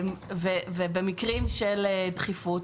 במקרים של דחיפות,